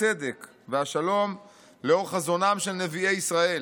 הצדק והשלום לאור חזונם של נביאי ישראל,